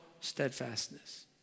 steadfastness